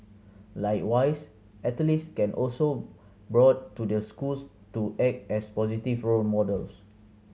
likewise athletes can also brought to the schools to act as positive role models